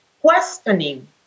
questioning